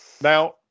now